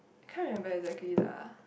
can't remember exactly lah